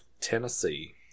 Tennessee